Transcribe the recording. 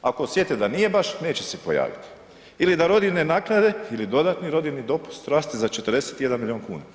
Ako osjete da nije baš neće se pojaviti ili da rodiljne naknade ili dodatni rodiljni dopust raste za 41 milijun kuna.